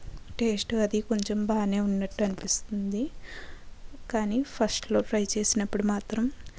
taste అది కొంచెం బాగానే ఉన్నట్టు అనిపిస్తుంది కాని ఫస్ట్లో ట్రై చేసినప్పుడు మాత్రం